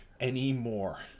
anymore